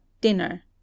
dinner